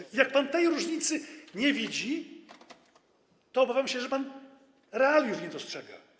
Jeśli pan tej różnicy nie widzi, to obawiam się, że pan realiów nie dostrzega.